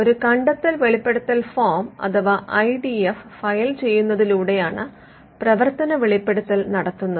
ഒരു കണ്ടെത്തൽ വെളിപ്പെടുത്തൽ ഫോം അഥവാ ഐ ഡി എഫ് ഫയൽ ചെയ്യുന്നതിലൂടെയാണ് പ്രവർത്തന വെളിപ്പെടുത്തൽ നടത്തുന്നത്